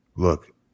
look